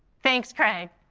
thanks, craig.